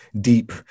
deep